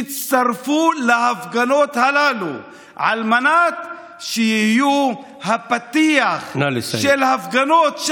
תצטרפו להפגנות הללו על מנת שיהיו הפתיח של הפגנות,